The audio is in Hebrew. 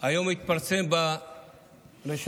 היום התפרסם ברשתות